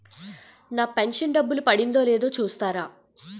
నా pension డబ్బులు పడిందో లేదో చూస్తారా?